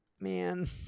man